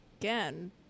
again